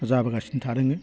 जाबोगासिनो थादों